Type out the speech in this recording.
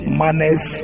manners